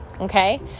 Okay